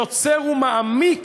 יוצר ומעמיק